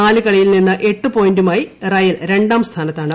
നാലുകളിയിൽ നിന്ന് എട്ടു പോയന്റുമായി റയൽ രണ്ടാംസ്ഥാനത്താണ്